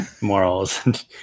morals